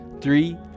Three